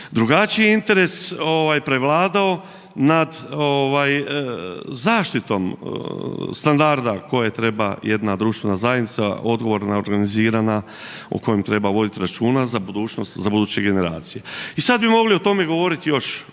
drugačiji interes prevladao nad ovaj zaštitom standarda koje treba jedna društvena zajednica odgovorna, organizirana, u kojem treba voditi računa za budućnost, za buduće generacije. I sad bi mogli govoriti o